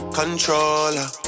controller